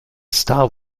star